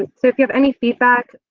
so, if you have any feedback,